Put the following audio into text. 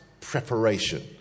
preparation